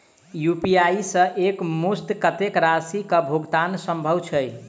UPI सऽ एक मुस्त कत्तेक राशि कऽ भुगतान सम्भव छई?